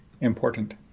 important